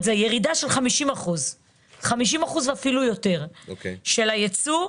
זה יש ירידה של 50% ואפילו יותר של הייצוא,